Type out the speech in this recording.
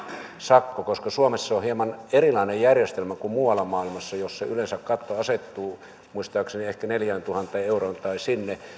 sakon koska suomessa on hieman erilainen järjestelmä kuin muualla maailmassa jossa yleensä katto asettuu muistaakseni ehkä neljääntuhanteen euroon tai sinne